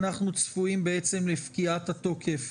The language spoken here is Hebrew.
אנחנו צפויים לפקיעת התוקף